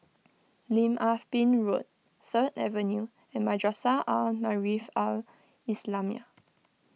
Lim Ah Pin Road Third Avenue and Madrasah Al Maarif Al Islamiah